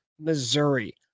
Missouri